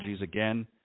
again